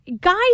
Guys